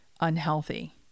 unhealthy